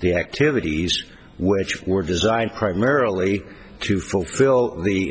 the activities which were designed primarily to fulfill the